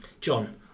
John